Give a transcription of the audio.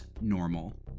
normal